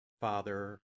Father